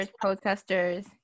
protesters